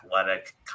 athletic